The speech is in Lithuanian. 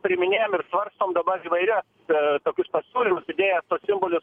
priiminėjam ir svarstom dabar įvairius tokius pasiūlymus idėjas simbolius